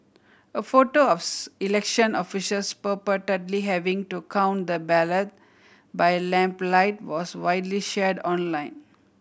a photo of election officials purportedly having to count the ballot by lamplight was widely shared online